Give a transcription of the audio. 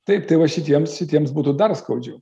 taip tai va šitiems šitiems būtų dar skaudžiau